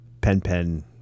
pen-pen